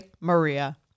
Maria